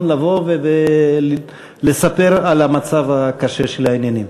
לבוא ולספר על המצב הקשה של העניינים.